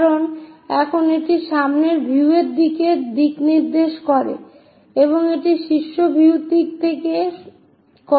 কারণ এখন এটি সামনের ভিউ দিকের দিকনির্দেশ করে এবং এটি শীর্ষ ভিউ দিক থেকে করে